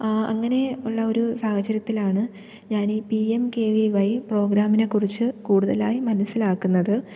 അങ്ങനെ ഉള്ള ഒരു സാഹചര്യത്തിലാണ് ഞാൻ ഈ P M K V Y പ്രോഗ്രാമിനെ കുറിച്ച് കൂടുതലായി മനസ്സിലാക്കുന്നത്